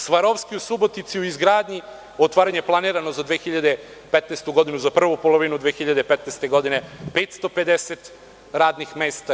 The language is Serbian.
Svarovski“ u Subotici u izgradnji, otvaranje je planirano za 2015. godinu, za prvu polovinu, 550 radnih mesta.